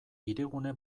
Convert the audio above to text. hirigune